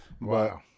Wow